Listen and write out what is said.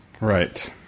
Right